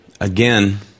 again